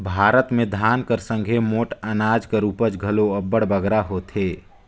भारत में धान कर संघे मोट अनाज कर उपज घलो अब्बड़ बगरा होथे